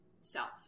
self